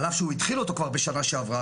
על אף שהוא התחיל אותו כבר בשנה שעברה,